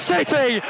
City